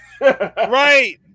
Right